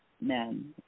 men